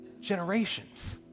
generations